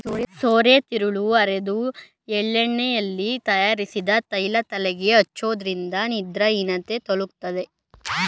ಸೋರೆತಿರುಳು ಅರೆದು ಎಳ್ಳೆಣ್ಣೆಯಲ್ಲಿ ತಯಾರಿಸಿದ ತೈಲ ತಲೆಗೆ ಹಚ್ಚೋದ್ರಿಂದ ನಿದ್ರಾಹೀನತೆ ತೊಲಗ್ತದೆ